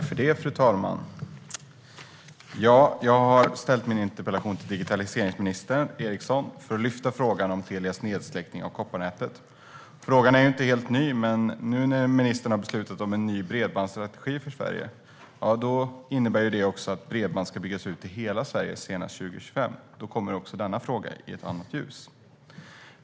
Fru talman! Jag har ställt min interpellation till digitaliseringsminister Eriksson för att lyfta upp frågan om Telias nedsläckning av kopparnätet. Frågan är inte helt ny. Men ministern har nu fattat beslut om en ny bredbandsstrategi för Sverige, vilket innebär att bredband ska byggas ut till hela Sverige senast 2025. Då kommer även denna fråga i ett annat ljus.